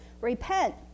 Repent